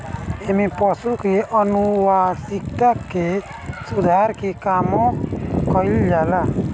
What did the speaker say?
एमे पशु के आनुवांशिकता के सुधार के कामो कईल जाला